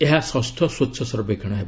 ଏହା ଷଷ୍ଠ ସ୍ୱଚ୍ଛ ସର୍ବେକ୍ଷଣ ହେବ